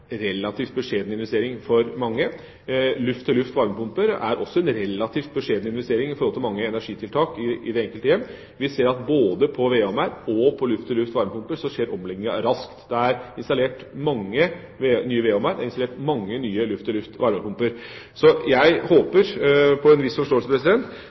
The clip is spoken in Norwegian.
relativt beskjeden investering i forhold til mange energitiltak i det enkelte hjem. Vi ser at både når det gjelder vedovner og luft-til-luft varmepumper, skjer omlegginga raskt, det er installert mange nye vedovner, og det er installert mange nye luft-til-luft varmepumper. Jeg håper på en viss forståelse